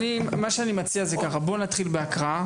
מה שאני מציע זה ככה, בואו נתחיל בהקראה.